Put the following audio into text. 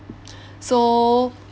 so